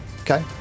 Okay